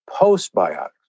postbiotics